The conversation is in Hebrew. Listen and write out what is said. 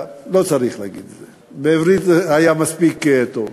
לא צריך להגיד את זה, בעברית זה היה מספיק טוב.